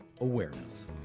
Awareness